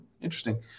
Interesting